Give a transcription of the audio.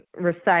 recite